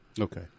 Okay